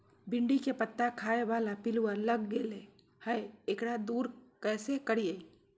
भिंडी के पत्ता खाए बाला पिलुवा लग गेलै हैं, एकरा दूर कैसे करियय?